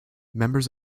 members